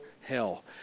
hell